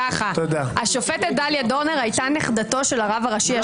שאחד השופטים בוועדה יהיה שופט ערבי.